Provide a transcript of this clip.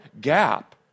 gap